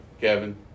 Kevin